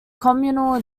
communal